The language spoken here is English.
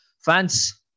fans